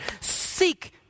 Seek